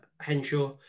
Henshaw